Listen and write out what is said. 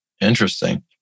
Interesting